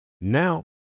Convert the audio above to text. Now